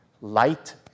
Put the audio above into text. light